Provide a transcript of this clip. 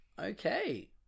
Okay